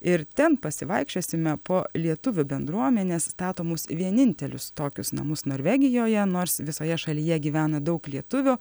ir ten pasivaikščiosime po lietuvių bendruomenės statomus vienintelius tokius namus norvegijoje nors visoje šalyje gyvena daug lietuvių